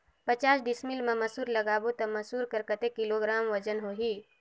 पचास डिसमिल मा मसुर लगाबो ता मसुर कर कतेक किलोग्राम वजन होही?